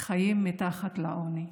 חיים מתחת לקו העוני,